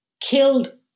killed